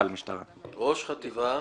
"ראש חטיבת